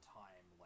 time